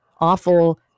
awful